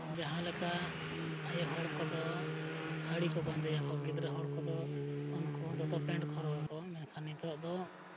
ᱡᱟᱦᱟᱸ ᱞᱮᱠᱟ ᱟᱭᱳ ᱦᱚᱲ ᱠᱚᱫᱚ ᱥᱟᱹᱲᱤ ᱠᱚ ᱵᱟᱸᱫᱮᱭᱟᱠᱚ ᱜᱤᱫᱽᱨᱟᱹ ᱦᱚᱲ ᱠᱚᱫᱚ ᱩᱱᱠᱩ ᱦᱚᱸ ᱫᱚᱛᱚ ᱯᱮᱱᱴ ᱠᱚ ᱦᱚᱨᱚᱜᱟ ᱠᱚ ᱢᱮᱱᱠᱷᱟᱱ ᱱᱤᱛᱳᱜ ᱫᱚ